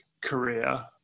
career